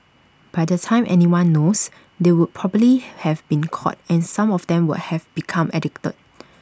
by the time anyone knows they would probably have been caught and some of them would have become addicted